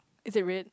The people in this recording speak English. is it red